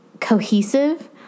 cohesive